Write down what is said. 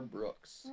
Brooks